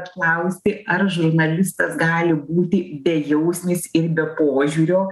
klausti ar žurnalistas gali būti bejausmis ir be požiūrio